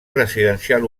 residencial